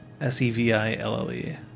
S-E-V-I-L-L-E